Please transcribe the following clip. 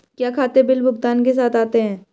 क्या खाते बिल भुगतान के साथ आते हैं?